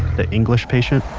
the english patient,